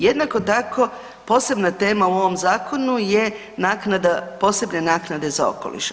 Jednako tako posebna tema u ovom zakonu je naknada, posebne nakade za okoliš.